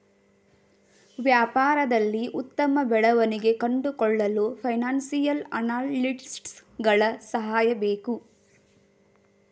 ವ್ಯಾಪಾರದಲ್ಲಿ ಉತ್ತಮ ಬೆಳವಣಿಗೆ ಕಂಡುಕೊಳ್ಳಲು ಫೈನಾನ್ಸಿಯಲ್ ಅನಾಲಿಸ್ಟ್ಸ್ ಗಳ ಸಹಾಯ ಬೇಕು